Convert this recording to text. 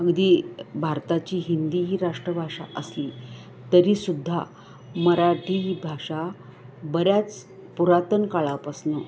अगदी भारताची हिंदी ही राष्ट्रभाषा असली तरीसुद्धा मराठी ही भाषा बऱ्याच पुरातन काळापासनं